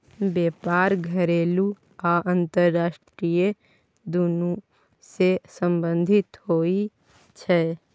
बेपार घरेलू आ अंतरराष्ट्रीय दुनु सँ संबंधित होइ छै